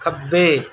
ਖੱਬੇ